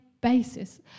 basis